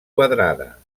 quadrada